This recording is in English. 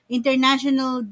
International